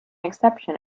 exception